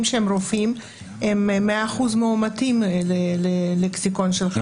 שהם רופאים הם 100% מאומתים בלקסיקון שלך,